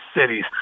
cities